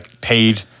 paid